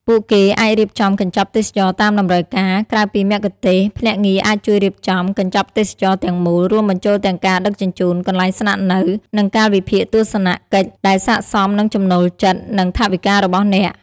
ពួកគេអាចរៀបចំកញ្ចប់ទេសចរណ៍តាមតម្រូវការ ក្រៅពីមគ្គុទ្ទេសក៍ ភ្នាក់ងារអាចជួយរៀបចំ កញ្ចប់ទេសចរណ៍ ទាំងមូល រួមបញ្ចូលទាំងការដឹកជញ្ជូន កន្លែងស្នាក់នៅ និងកាលវិភាគទស្សនកិច្ច ដែលស័ក្តិសមនឹងចំណូលចិត្ត និងថវិការបស់អ្នក។